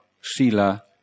Sila